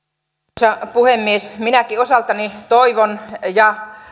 arvoisa puhemies minäkin osaltani toivon ja